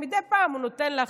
מדי פעם הוא נותן לאחרים.